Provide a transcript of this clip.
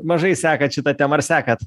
mažai sekat šitą temą ar sekat